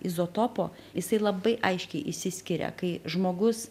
izotopo jisai labai aiškiai išsiskiria kai žmogus